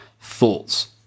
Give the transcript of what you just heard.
Thoughts